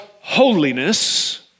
holiness